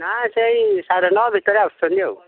ନା ସେଇ ସାଢ଼େ ନଅ ଭିତରେ ଆସୁଛନ୍ତି ଆଉ